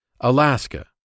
Alaska